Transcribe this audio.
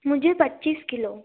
मुझे पच्चीस किलो